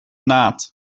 naad